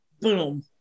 Boom